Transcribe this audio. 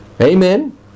Amen